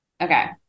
Okay